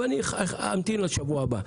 אבל אני אמתין לשבוע הבא.